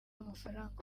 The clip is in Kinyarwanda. n’amafaranga